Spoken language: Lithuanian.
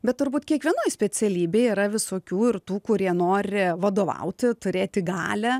bet turbūt kiekvienoj specialybėj yra visokių ir tų kurie nori vadovauti turėti galią